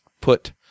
put